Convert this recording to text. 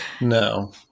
No